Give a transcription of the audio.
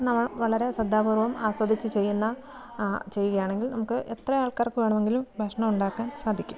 നമ്മൾ വളരെ ശ്രദ്ധാപൂർവം ആസ്വദിച്ച് ചെയ്യുന്ന ചെയ്യുകയാണെങ്കിൽ നമുക്ക് എത്ര ആൾക്കാർക്ക് വേണമെങ്കിലും ഭക്ഷണം ഉണ്ടാക്കാൻ സാധിക്കും